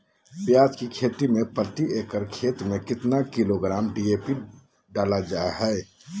प्याज की खेती में प्रति एकड़ खेत में कितना किलोग्राम डी.ए.पी डाला जाता है?